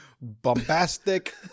bombastic